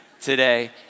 today